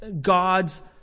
God's